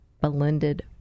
blended